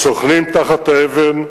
השוכנים תחת האבן,